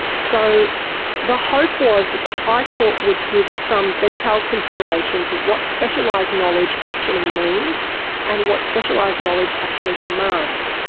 so the hope was that the high court would give some detailed consideration to what specialised knowledge actually means and what specialised knowledge actually demands,